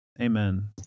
Amen